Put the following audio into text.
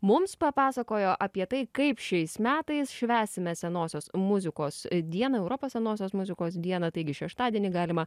mums papasakojo apie tai kaip šiais metais švęsime senosios muzikos dieną europos senosios muzikos dieną taigi šeštadienį galima